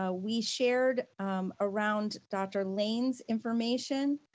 ah we shared around dr. lane's information,